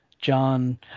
John